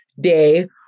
day